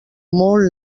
molt